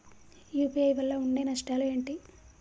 UPI వల్ల ఉండే నష్టాలు ఏంటి??